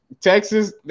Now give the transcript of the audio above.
Texas